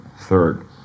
third